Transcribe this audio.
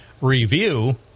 review